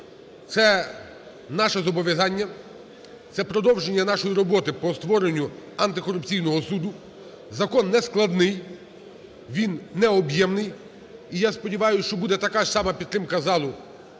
Це наші зобов'язання, це продовження нашої роботи по створенню антикорупційного суду. Закон нескладний, він необ'ємний і сподіваюсь, що буде така ж сама підтримка залу